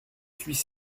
suis